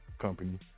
company